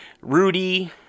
Rudy